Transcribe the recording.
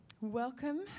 Welcome